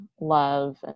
love